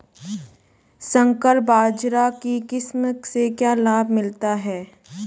संकर बाजरा की किस्म से क्या लाभ मिलता है?